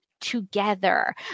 together